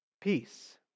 Peace